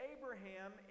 Abraham